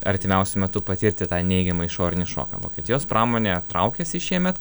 artimiausiu metu patirti tą neigiamą išorinį šoką vokietijos pramonė traukiasi šiemet